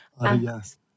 Yes